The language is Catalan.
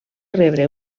rebre